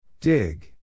Dig